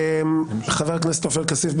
חבר הכנסת עופר כסיף.